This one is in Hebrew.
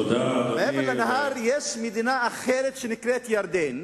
מעבר לנהר יש מדינה אחרת, שנקראת ירדן,